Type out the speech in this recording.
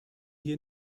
hier